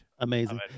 Amazing